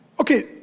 okay